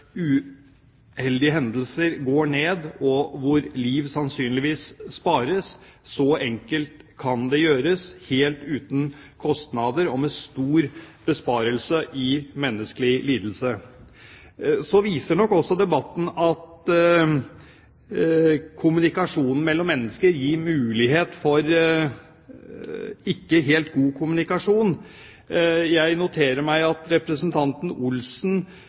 uheldige hendelser går ned og liv sannsynligvis kan bli spart. Så enkelt kan det gjøres, helt uten kostnader og med stor besparelse i menneskelig lidelse. Debatten viser nok også at muligheten for kommunikasjon mellom mennesker ikke er helt god. Jeg noterer meg at representanten Per Arne Olsen